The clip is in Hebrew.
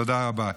תודה רבה.